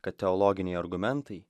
kad teologiniai argumentai